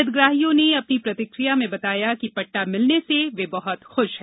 हितग्राहियों ने अपनी प्रतिकिया में बताया कि पट्टा मिलने से वे बहुत खुश हैं